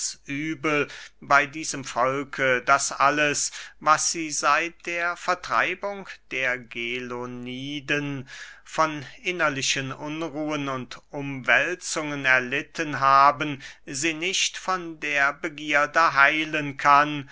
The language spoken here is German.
übel bey diesem volke daß alles was sie seit der vertreibung der geloniden von innerlichen unruhen und umwälzungen erlitten haben sie nicht von der begierde heilen kann